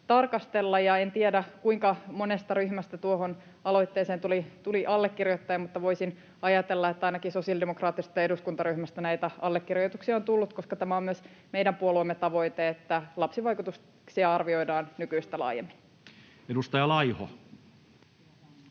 tarkastella. En tiedä, kuinka monesta ryhmästä tuohon aloitteeseen tuli allekirjoittajia, mutta voisin ajatella, että ainakin sosiaalidemokraattisesta eduskuntaryhmästä näitä allekirjoituksia on tullut, koska tämä on myös meidän puolueemme tavoite, että lapsivaikutuksia arvioidaan nykyistä laajemmin. [Sari